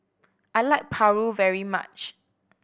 I like paru very much